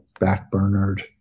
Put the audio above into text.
backburnered